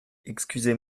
excusez